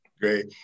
Great